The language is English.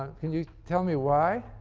can you tell me why?